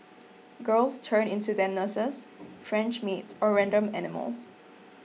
girls turn into their nurses French maids or random animals